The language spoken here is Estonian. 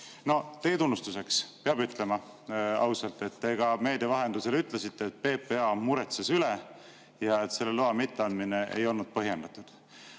Teie tunnustuseks peab ausalt ütlema, et meedia vahendusel te ütlesite, et PPA muretses üle ja et selle loa mitteandmine ei olnud põhjendatud.